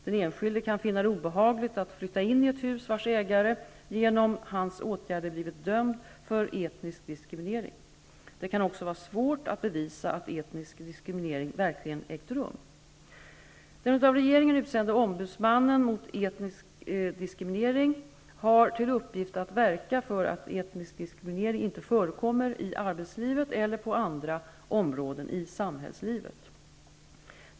Den enskilde kan finna det obehagligt att flytta in i ett hus vars ägare genom hans åtgärder blivit dömd för etnisk diskriminering. Det kan också vara svårt att bevisa att etnisk diskriminering verkligen ägt rum. Den av regeringen utsedde ombudsmannen mot etnisk diskriminering har till uppgift att verka för att etnisk diskriminering inte förekommer i arbetslivet eller på andra områden av samhällslivet.